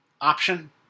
option